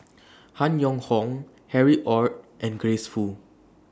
Han Yong Hong Harry ORD and Grace Fu